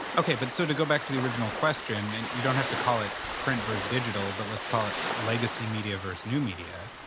okay. but so to go back to the original question, and you don't have to call it print verse digital, but let's call it legacy media verse new media,